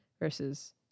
versus